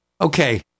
Okay